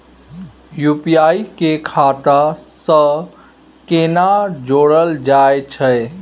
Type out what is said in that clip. UPI के खाता सं केना जोरल जाए छै?